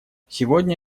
сегодня